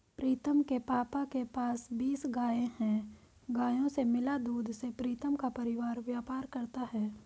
प्रीतम के पापा के पास बीस गाय हैं गायों से मिला दूध से प्रीतम का परिवार व्यापार करता है